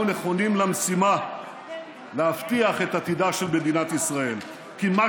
אנחנו נכונים למשימה להבטיח את עתידה של מדינת ישראל כי מה